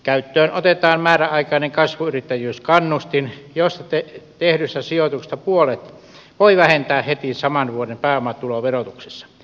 käyttöön otetaan määräaikainen kasvuyrittäjyyskannustin jossa tehdystä sijoituksesta puolet voi vähentää heti saman vuoden pääomatuloverotuksessa